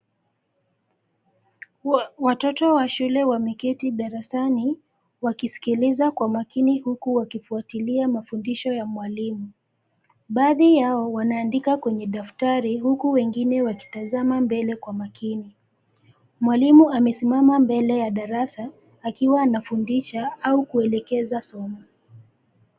Watoto wa shule wameketi darasani, wakisikiliza kwa makini huku wakifuatilia mafundisho ya mwalimu. Baadhi yao wanaandika kwenye daftari, huku wengine wakitazama mbele kwa makini. Mwalimu amesimama mbele ya darasa, akiwa anafundisha au kuelekeza somo.